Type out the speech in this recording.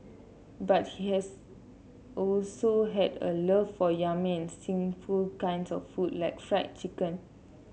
but he has also had a love for yummy and sinful kinds of food like fried chicken